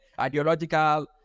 ideological